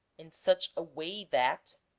in such a way that